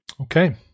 Okay